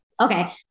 Okay